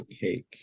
cake